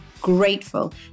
grateful